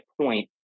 point